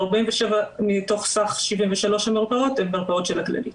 ו-47 מתוך סך 73 המרפאות הן מרפאות של הכללית.